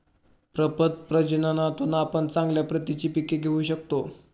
प्रपद प्रजननातून आपण चांगल्या प्रतीची पिके घेऊ शकतो